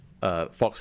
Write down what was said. Fox